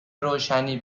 روشنی